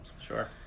sure